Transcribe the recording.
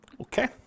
Okay